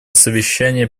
совещание